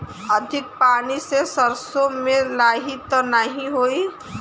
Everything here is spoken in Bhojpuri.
अधिक पानी से सरसो मे लाही त नाही होई?